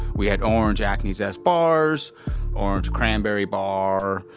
we had orange acne zest bars orange cranberry bar.